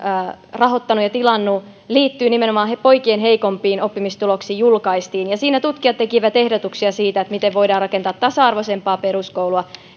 rahoittanut ja tilannut liittyen nimenomaan poikien heikompiin oppimistuloksiin julkaistiin ja siinä tutkijat tekivät ehdotuksia siitä miten voidaan rakentaa tasa arvoisempaa peruskoulua